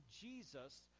Jesus